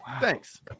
thanks